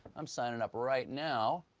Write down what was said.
i'm signing up right now,